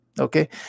okay